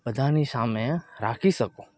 બધાની સામે રાખી શકો